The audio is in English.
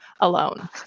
alone